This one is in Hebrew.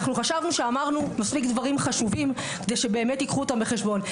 אנחנו חשבנו שאמרנו מספיק דברים חשובים כדי שבאמת ייקחו אותם בחשבון.